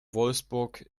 wolfsburg